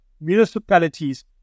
municipalities